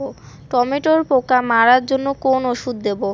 টমেটোর পোকা মারার জন্য কোন ওষুধ দেব?